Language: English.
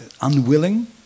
unwilling